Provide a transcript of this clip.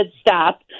stop